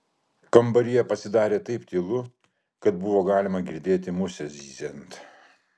kambaryje pasidarė taip tylu kad buvo galima girdėti musę zyziant